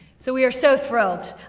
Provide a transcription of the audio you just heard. so we are so thrilled,